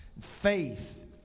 faith